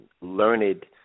learned